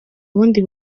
bundi